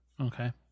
Okay